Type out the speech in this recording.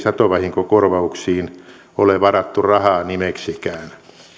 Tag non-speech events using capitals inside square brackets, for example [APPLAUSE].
[UNINTELLIGIBLE] satovahinkokorvauksiin ole varattu rahaa nimeksikään